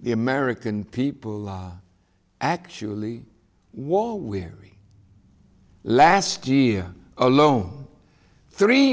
the american people are actually war weary last year alone three